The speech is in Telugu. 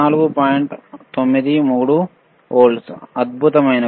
93 వోల్ట్లు అద్భుతమైనవి